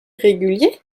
réguliers